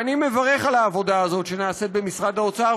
אני מברך על העבודה הזאת שנעשית במשרד האוצר,